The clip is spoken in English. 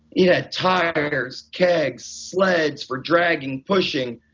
yeah, tires, kegs, sleds for dragging, pushing.